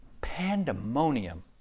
pandemonium